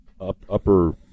upper